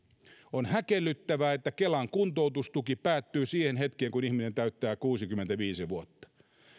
on häkellyttävää että kelan kuntoutustuki päättyy siihen hetkeen kun ihminen täyttää kuusikymmentäviisi vuotta